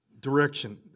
direction